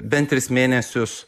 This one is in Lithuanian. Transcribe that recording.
bent tris mėnesius